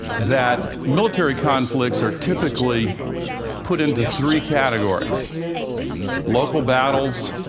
that military conflicts are typically put into three categories local battles,